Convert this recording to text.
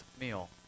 meal